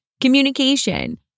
communication